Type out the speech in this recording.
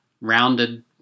rounded